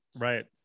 Right